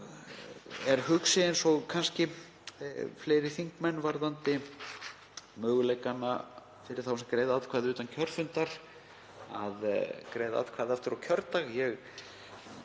er hugsi, eins og kannski fleiri þingmenn, varðandi möguleikana fyrir þá sem greiða atkvæði utan kjörfundar að greiða atkvæði aftur á kjördag.